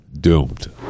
doomed